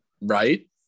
Right